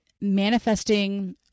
manifesting